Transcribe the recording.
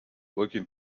looking